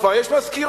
כבר יש מזכירות,